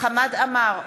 חמד עמאר,